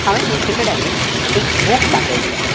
हांवें तुमचे कडेन एक बूक मागयल्लो